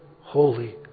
holy